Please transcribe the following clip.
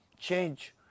change